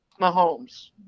Mahomes